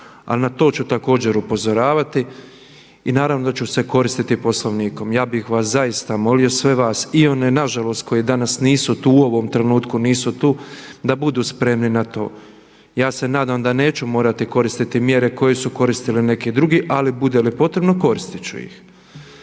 ali na to ću također upozoravati i naravno da ću se koristiti Poslovnikom. Ja bih vas zaista molio sve vas i one nažalost koji danas nisu tu, u ovom trenutku nisu tu da budu spremni na to. Ja se nadam da neću morati koristiti mjere koje su koristili neki drugi ali bude li potrebno koristit ću ih.